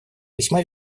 весьма